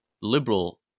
liberal